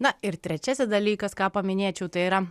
na ir trečiasis dalykas ką paminėčiau tai yra